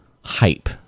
hype